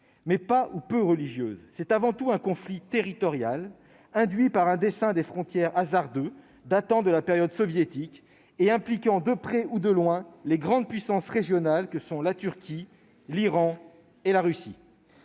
ou en a peu. C'est avant tout un conflit territorial, induit par un dessin des frontières hasardeux, datant de la période soviétique et impliquant de près ou de loin les grandes puissances régionales que sont la Turquie, l'Iran et la Russie.